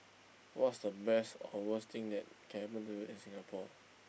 what's the best or worst thing that can happen to you in Singapore